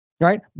right